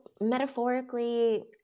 metaphorically